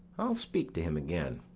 i'll speak to him again